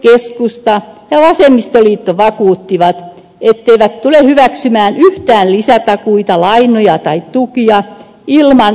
sdp keskusta ja vasemmistoliitto vakuuttivat etteivät tule hyväksymään yhtään lisätakuita lainoja tai tukia ilman sijoittajavastuita